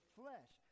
flesh